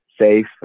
safe